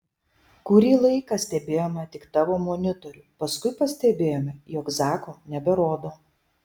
kurį laiką stebėjome tik tavo monitorių paskui pastebėjome jog zako neberodo